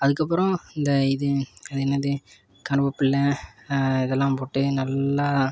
அதுக்கப்புறம் இந்த இது அது என்னது கருவேபிலை இதெலாம் போட்டு நல்லா